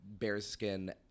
Bearskin